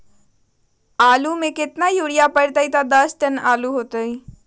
आलु म केतना यूरिया परतई की दस टन आलु होतई?